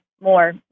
more